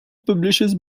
publishes